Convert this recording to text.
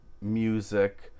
music